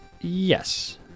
Yes